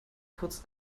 kurz